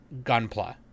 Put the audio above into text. gunpla